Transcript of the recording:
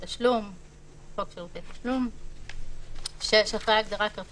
התשס"ה 2005; "חוק שירותי תשלום" חוק שירותי תשלום,